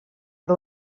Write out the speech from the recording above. per